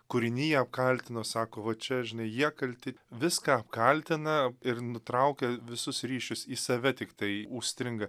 kūriniją apkaltino sako va čia žinai jie kalti viską apkaltina ir nutraukia visus ryšius į save tiktai užstringa